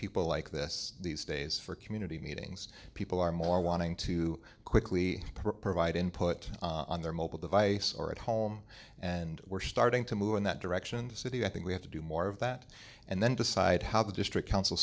people like this these days for community meetings people are more wanting to quickly provide input on their mobile device or at home and we're starting to move in that direction the city i think we have to do more of that and then decide how the district council